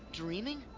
dreaming